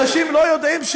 אנשים לא יודעים,